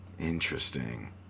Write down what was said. Interesting